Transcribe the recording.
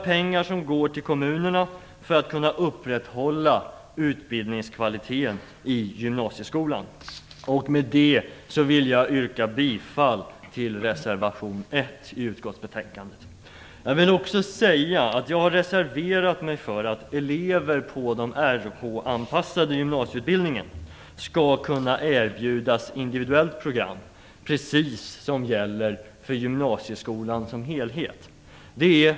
Pengarna skulle gå till kommunerna för att de skall kunna upprätthålla utbildningskvaliteten i gymnasieskolan. Med det anförda vill jag yrka bifall till reservation 1 i utskottets betänkande. Jag vill också säga att jag har reserverat mig för att elever på den Rh-anpassade gymnasieutbildningen skall kunna erbjudas ett individuellt program på samma sätt som gäller för gymnasieskolan som helhet.